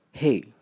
Hey